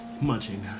Munching